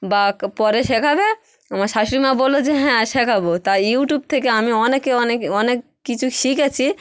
বা পরে শেখাবে আমার শাশুড়ি মা বলল যে হ্যাঁ শেখাব তা ইউটিউব থেকে আমি অনেক কিছু শিখেছি